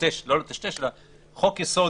חוק יסוד: